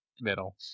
Middle